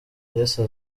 yesu